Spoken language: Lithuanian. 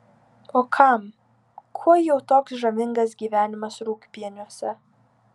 o kam kuo jau toks žavingas gyvenimas rūgpieniuose